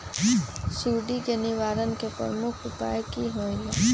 सुडी के निवारण के प्रमुख उपाय कि होइला?